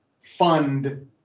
fund